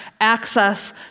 access